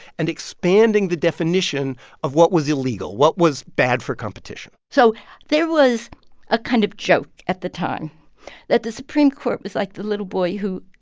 and expanding the definition of what was illegal, what was bad for competition so there was a kind of joke at the time that the supreme court was like the little boy who